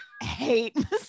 hate